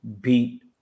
beat